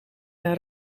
naar